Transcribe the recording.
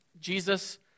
Jesus